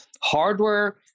hardware